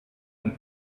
and